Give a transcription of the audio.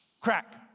crack